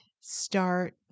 start